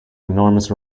enormous